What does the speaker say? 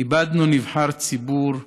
איבדנו נבחר ציבור אדיר,